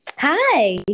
Hi